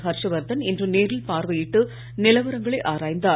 ஹர்ஷவர்தன் இன்று நேரில் பார்வையிட்டு நிலவரங்களை ஆராய்ந்தார்